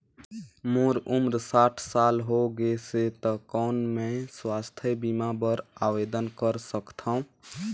मोर उम्र साठ साल हो गे से त कौन मैं स्वास्थ बीमा बर आवेदन कर सकथव?